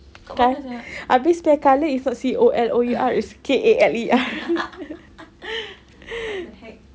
col~ habis spell colour is not C O L O U R is K A L E R